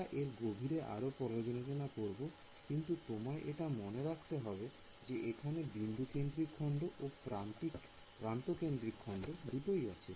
আমরা এর গভীরে আরো পর্যালোচনা করব কিন্তু তোমায় এটা মনে রাখতে হবে যে এখানে বিন্দু কেন্দ্রিক খন্ড ও প্রান্ত কেন্দ্রিক খন্ড দুটোই আছে